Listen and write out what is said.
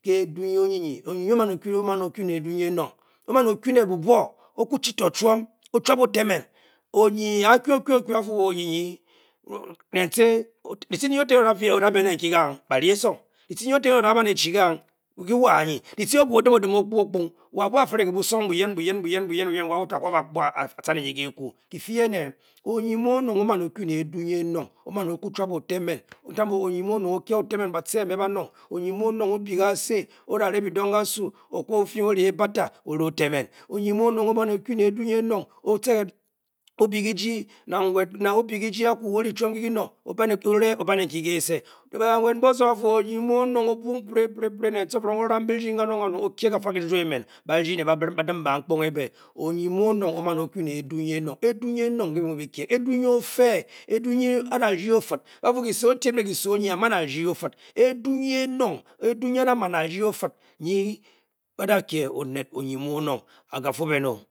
Ke edu nyi onyinyi. onyinyi o man o kyu ne. o–man o–kyu ne edu nyi enong O man o–kyu ne bubuo. o kwu chi to chuom. o–chuap ote men Onyinyia kyuokyu okyu a fu wo onyinyi nentce. ditch ndi ote yeno–da a. o–daabe ne nki gang. bari esong ditci nki ote yen o–da a man echi gang. ki wa a anyi ditce obua o dim odim o–kpu okpung wo abua a fire ke busong buyen buyen buyen buyen buyen wa wo to a kwu a ba kpu a a tca ne nyi ke–e kwu ki fii ene. onyi mu onong o man o kyu ne edu nyi enong. o kwu chuap ote men ka bwon onyi mu onong o kyi a ote–men batce mbe banong. onyi mu onong o byi ke kase oda re bidong kasu okwu o–fing. o ni ebata. o re ote–men. onyi mu onong o man o–kyu ne edu nyi enongo otcenobiji kiji. nang nwed. nang o byi kiji akwu, ri chuom nki kinong. o–re o–ba ne nki kese. banwe mbe oso ba fu onyi mu onong o bung pirepirepire ne tcifiring o ram birding kanong kanong o–kye kafa kise emen. ba ra ne baadim bankponghe ebe onyi mu onong o man o kyu ne edu nyi enong. edu nyi enong nke bi mu bi kye. edu nyi ofe e. edu nyi a da rdyi ofid ba-fu kise otieb ne kise enyi a man a rdi ofid edu nyi enong. edu nyi a–da man a rdife ofid nyi ba da kye oned onye mu onong. agafuo ben o.